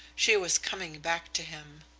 she was coming back to him.